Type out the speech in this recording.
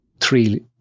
three